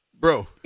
Bro